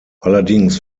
allerdings